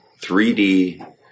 3D